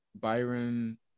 Byron